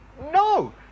No